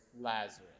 Lazarus